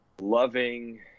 loving